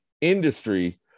industry